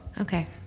Okay